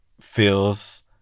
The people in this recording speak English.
feels